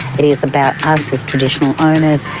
it is about us as traditional owners,